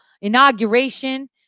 inauguration